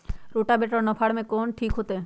Rotavator और नौ फ़ार में कौन ठीक होतै?